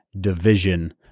division